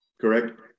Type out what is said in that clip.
correct